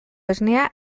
esnea